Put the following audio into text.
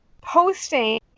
posting